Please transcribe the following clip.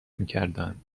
میکردند